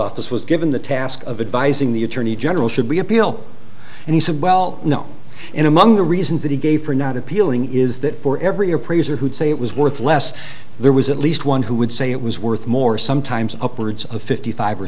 office was given the task of advising the attorney general should we appeal and he said well no and among the reasons that he gave for not appealing is that for every appraiser who'd say it was worth less there was at least one who would say it was worth more sometimes upwards of fifty five or